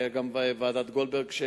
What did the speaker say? וגם ועדת-גולדברג,